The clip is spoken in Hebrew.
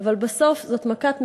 אבל בסוף זאת מכת מדינה.